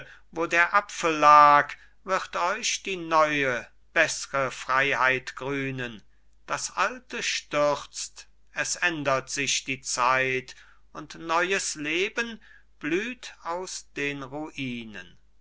wo der apfel lag wird euch die neue bessre freiheit grünen das alte stürzt es ändert sich die zeit und neues leben blüht aus den ruinen